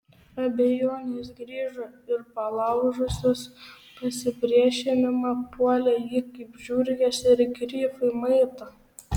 abejonės grįžo ir palaužusios pasipriešinimą puolė jį kaip žiurkės ir grifai maitą